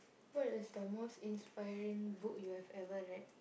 what is the most inspiring book you have ever read